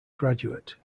graduate